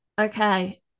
Okay